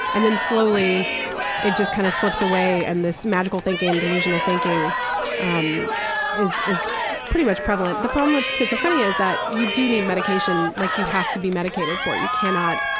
and then slowly it just kind of slips away and this magical thinking, delusional thinking um is is pretty much prevalent. the problem with schizophrenia is that you do need medication, like you have to be medicated for it, you cannot